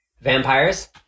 vampires